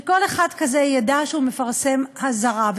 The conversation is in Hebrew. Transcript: שכל אחד כזה ידע שהוא מפרסם אזהרה.